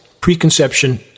preconception